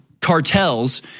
cartels